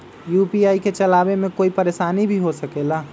UPI के चलावे मे कोई परेशानी भी हो सकेला?